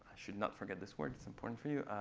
should not forget this word it's important for you.